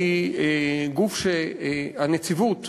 הנציבות